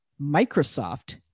Microsoft